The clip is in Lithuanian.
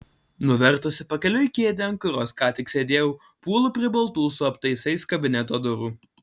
nuvertusi pakeliui kėdę ant kurios ką tik sėdėjau puolu prie baltų su aptaisais kabineto durų